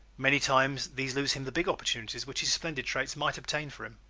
many times these lose him the big opportunities which his splendid traits might obtain for him.